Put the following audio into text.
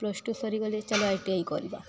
plus two ସରିଗଲେ ଚାଲ I T I କରିବା